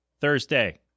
Thursday